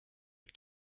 but